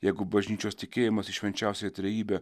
jeigu bažnyčios tikėjimas į švenčiausiąją trejybę